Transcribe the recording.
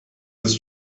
ist